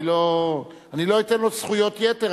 אני לא אתן לו זכויות יתר,